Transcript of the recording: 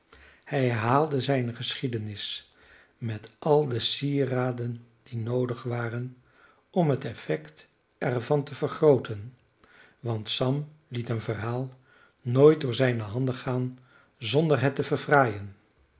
hij herhaalde zijne geschiedenis met al de sieraden die noodig waren om het effect er van te vergrooten want sam liet een verhaal nooit door zijne handen gaan zonder het te verfraaien